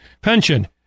pension